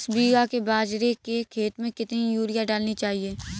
दस बीघा के बाजरे के खेत में कितनी यूरिया डालनी चाहिए?